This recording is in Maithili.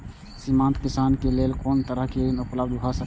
सीमांत किसान के लेल कोन तरहक ऋण उपलब्ध भ सकेया?